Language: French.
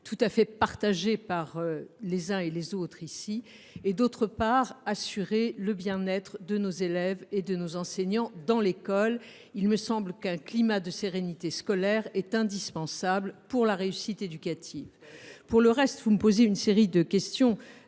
me semble partagé par les uns et les autres ici. D’autre part, assurer le bien être de nos élèves et de nos enseignants dans l’école. Il me semble qu’un climat de sérénité scolaire est indispensable pour la réussite éducative. Ce n’est pas la question ! Pour le reste, vous me posez une série de questions,